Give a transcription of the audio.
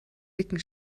dicken